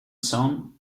zone